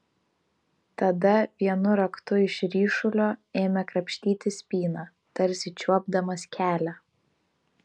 tada vienu raktu iš ryšulio ėmė krapštyti spyną tarsi čiuopdamas kelią